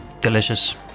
Delicious